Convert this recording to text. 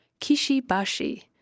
Kishibashi